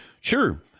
sure